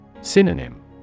Synonym